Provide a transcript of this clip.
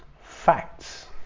facts